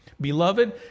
Beloved